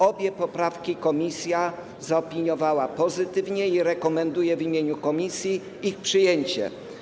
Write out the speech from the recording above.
Obie poprawki komisja zaopiniowała pozytywnie i rekomenduję w imieniu komisji ich przyjęcie.